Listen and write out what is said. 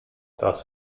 das